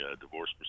divorce